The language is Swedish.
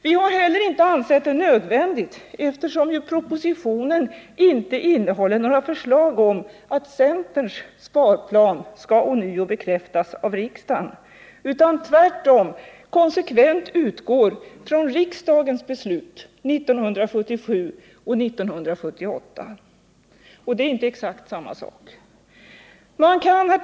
Vi har heller inte ansett det nödvändigt, eftersom ju propositionen inte innehåller några förslag om att centerns sparplan skall ånyo bekräftas av riksdagen, utan tvärtom konsekvent utgår från riksdagens beslut 1975 och 1978, och det är inte samma sak. Herr talman!